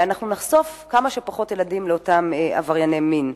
אנחנו נחשוף כמה שפחות ילדים לאותם עברייני מין.